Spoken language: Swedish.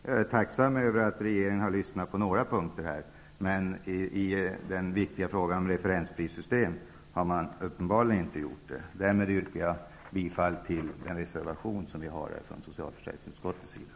Jag är tacksam över att regeringen har lyssnat till utskottet på några punkter, men i den viktiga frågan om referensprissystemet har regeringen uppenbarligen inte gjort det. Därmed yrkar jag bifall till Socialdemokraternas reservationer till socialförsäkringsutskottets betänkande.